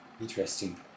interesting